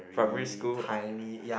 primary school uh